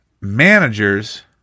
managers